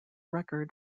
record